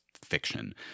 fiction